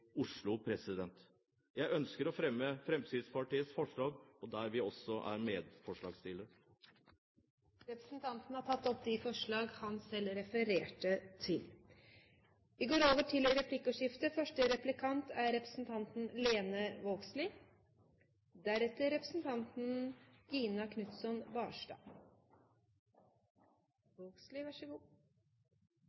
Jeg ønsker å fremme Fremskrittspartiets forslag og de forslagene der vi er medforslagsstiller. Representanten Ib Thomsen har tatt opp de forslagene han refererte til. Det blir replikkordskifte. Fremskrittspartiet sier stadig vekk at de er